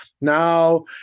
Now